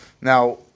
Now